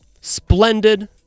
splendid